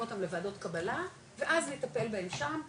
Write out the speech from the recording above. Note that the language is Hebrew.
אותם לוועדות קבלה ואז נטפל בהם שם,